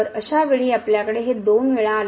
तर अशावेळी आपल्याकडे हे 2 वेळा आहे